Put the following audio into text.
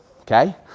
Okay